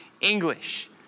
English